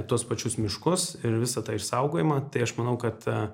tuos pačius miškus ir visą tą išsaugojimą tai aš manau kad